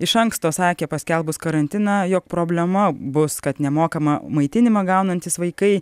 iš anksto sakė paskelbus karantiną jog problema bus kad nemokamą maitinimą gaunantys vaikai